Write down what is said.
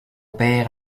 père